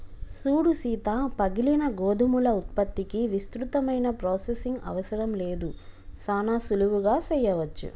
సూడు సీత పగిలిన గోధుమల ఉత్పత్తికి విస్తృతమైన ప్రొసెసింగ్ అవసరం లేదు సానా సులువుగా సెయ్యవచ్చు